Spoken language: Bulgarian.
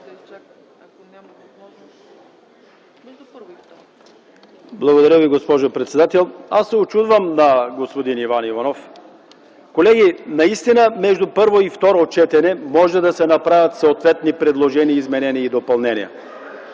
Благодаря Ви, госпожо председател. Аз се учудвам на господин Иван Н. Иванов. Колеги, наистина между първо и второ четене може да се направят съответни предложения, изменения и допълнения.